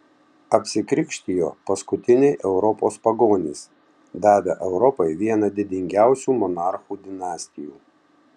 apsikrikštijo paskutiniai europos pagonys davę europai vieną didingiausių monarchų dinastijų